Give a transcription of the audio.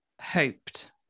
hoped